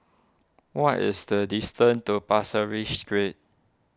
what is the distance to Pasir Ris Street